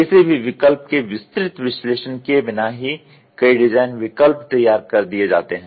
किसी भी विकल्प के विस्तृत विश्लेषण किये बिना ही कई डिज़ाइन विकल्प तैयार कर दिए जाते हैं